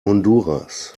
honduras